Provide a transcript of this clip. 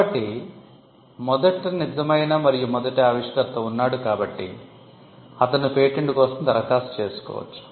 కాబట్టి మొదట 'నిజమైన మరియు మొదటి ఆవిష్కర్త' ఉన్నాడు కాబట్టి అతను పేటెంట్ కోసం దరఖాస్తు చేసుకోవచ్చు